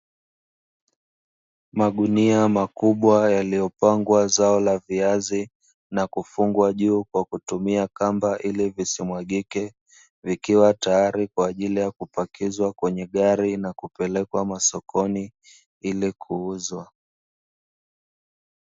Magunia makubwa yaliopangwa kuwa ni zao la viazi na kufungwa juu kwa kutumia kamba, ili isimwagike vikiwa tayari kwa upakizwa kwenye gari nakupelwkwa masokoni ili kuuzwa.